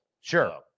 Sure